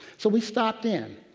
so we stopped in.